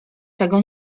tego